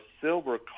silver